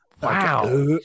Wow